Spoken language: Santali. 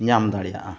ᱧᱟᱢ ᱫᱟᱲᱮᱭᱟᱜᱼᱟ